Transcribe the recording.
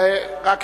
אדוני היושב-ראש,